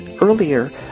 earlier